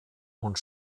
und